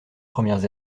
premières